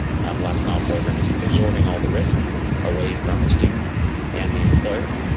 last mile program is absorbing all the risk away from the student and the employer,